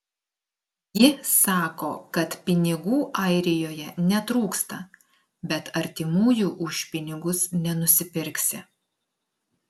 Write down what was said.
ji sako kad pinigų airijoje netrūksta bet artimųjų už pinigus nenusipirksi